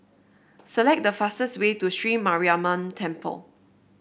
select the fastest way to Sri Mariamman Temple